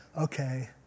okay